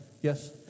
yes